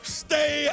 stay